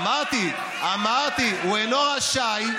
אמרתי, אמרתי, הוא אינו רשאי.